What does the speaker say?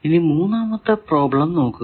ഇനി മൂന്നാമത്തെ പ്രോബ്ലം നോക്കുക